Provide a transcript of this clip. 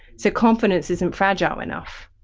so! confidence! isn't fragile enough.